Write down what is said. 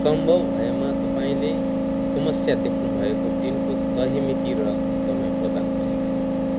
सम्भव भएमा तपाईँँले समस्या देख्नुभएको दिनको सही मिति र समय प्रदान गर्नुहोस्